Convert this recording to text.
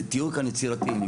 תהיו כאן יצירתיים.